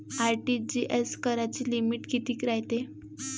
RTGS कराची limit कितीक रायते?